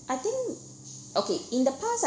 I think okay in the past